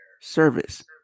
service